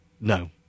no